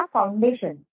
Foundation